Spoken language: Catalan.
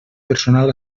personal